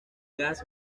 gas